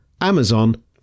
Amazon